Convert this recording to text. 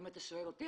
אם אתה שואל אותי,